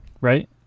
right